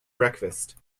breakfast